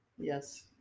Yes